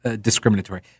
discriminatory